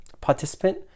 participant